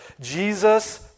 Jesus